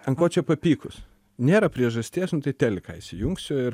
ant ko čia papykus nėra priežasties nu tai teliką įsijungsiu ir